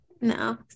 No